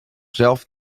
zelf